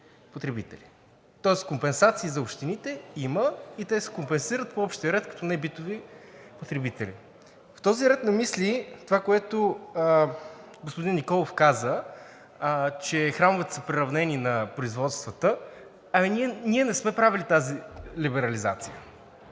тоест компенсации за общините има и те се компенсират по общия ред като небитови потребители. В този ред на мисли това, което господин Николов каза, че храмовете са приравнени на производствата, ние не сме правили тази либерализация.